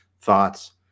thoughts